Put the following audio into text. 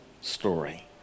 story